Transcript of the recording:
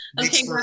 Okay